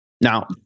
Now